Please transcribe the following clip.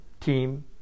team